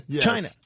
China